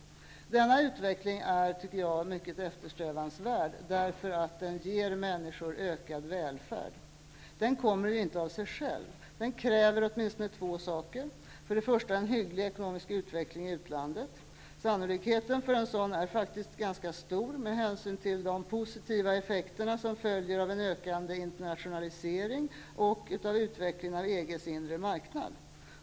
Denna utveckling är, tycker jag, mycket eftersträvansvärd, därför att den ger människor ökad välfärd. En sådan utveckling kommer inte av sig själv. Den kräver åtminstone två saker. Den ena faktorn är att det behövs en hygglig ekonomisk utveckling i utlandet. Sannolikheten för en sådan utveckling är faktiskt ganska stor med hänsyn till de positiva effekterna av en ökande internationalisering och av utvecklingen beträffande EG:s inre marknad.